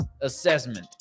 assessment